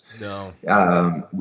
No